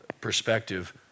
perspective